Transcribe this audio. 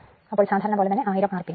അപ്പോൾ സാധാരണ പോലെ തന്നെ 1000 rpm ആണ്